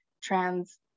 trans